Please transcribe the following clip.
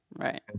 right